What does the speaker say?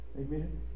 Amen